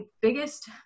biggest